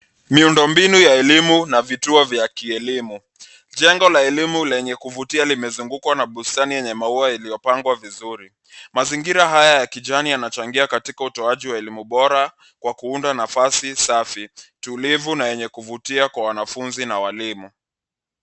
Miundo mbinu ya elimu na vituo vya kielimu. Jengo la elimu lenye kuvutia limezungukwa na bustani yenye maua yaliyo pandwa vizuri. Mazingira haya ya kijani yanachangia katika utoaji wa elimu bora kwa kuunda nafasi safi, tulivu na yenye kuvutia kwa wanafunzi na walimu.